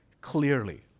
clearly